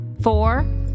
four